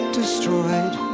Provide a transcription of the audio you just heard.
destroyed